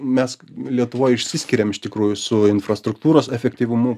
mes lietuvoj išsiskiriam iš tikrųjų su infrastruktūros efektyvumu